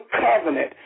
Covenant